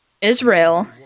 Israel